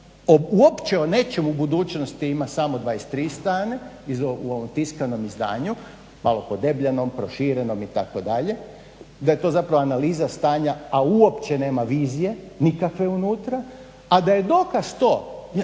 uopće o nečem u budućnosti ima samo 23 strane u ovom tiskanom izdanju, malo podebljanom, proširenom itd., da je to zapravo analiza stanja a uopće nema vizije nikakve unutra. A da je dokaz to